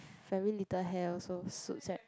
very little hair also suits right